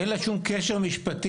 אין לה שום קשר משפטי